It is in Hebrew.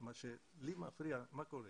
מה שלי מפריע, מה קורה?